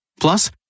Plus